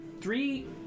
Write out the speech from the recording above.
Three